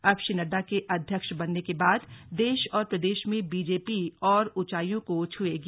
अब श्री नड्डा के अध्यक्ष बनने के बाद देश और प्रदेश में बीजेपी और ऊंचाइयों को छूएगी